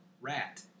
rat